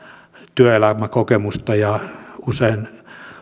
työelämäkokemusta ja usein